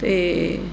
ਅਤੇ